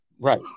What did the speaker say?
Right